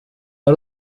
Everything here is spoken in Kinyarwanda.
ari